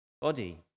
body